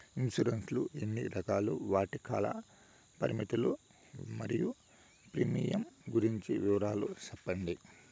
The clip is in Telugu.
ఇన్సూరెన్సు లు ఎన్ని రకాలు? వాటి కాల పరిమితులు మరియు ప్రీమియం గురించి వివరాలు సెప్పండి?